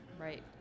Right